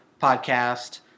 podcast